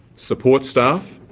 support staff,